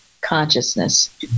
consciousness